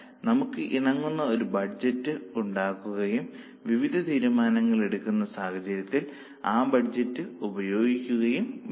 അതിനാൽ നമുക്ക് ഇണങ്ങുന്ന ഒരു ബഡ്ജറ്റ് ഉണ്ടാക്കുകയും വിവിധ തീരുമാനങ്ങൾ എടുക്കുന്ന സാഹചര്യങ്ങളിൽ ആ ബഡ്ജറ്റ് ഉപയോഗിക്കുകയും വേണം